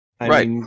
right